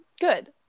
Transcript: good